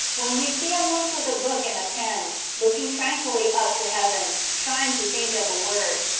when we see a monk with a book and a pen, looking tranquilly up to heaven, trying to think of a word,